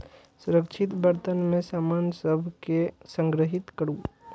सुरक्षित बर्तन मे सामान सभ कें संग्रहीत करू